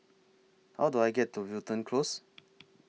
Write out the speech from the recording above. How Do I get to Wilton Close